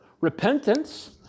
repentance